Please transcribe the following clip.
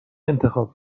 انتخاب